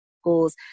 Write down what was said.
schools